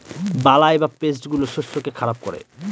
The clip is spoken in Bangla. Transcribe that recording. বালাই বা পেস্ট গুলো শস্যকে খারাপ করে